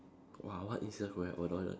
!wah! what